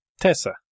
Tessa